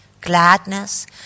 gladness